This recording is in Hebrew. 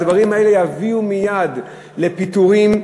הדברים האלה יביאו מייד לפיטורים.